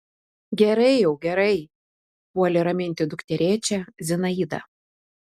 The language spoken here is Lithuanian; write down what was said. gerai jau gerai puolė raminti dukterėčią zinaida